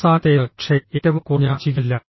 അവസാനത്തേത് പക്ഷേ ഏറ്റവും കുറഞ്ഞ ചിരിയല്ല